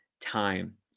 time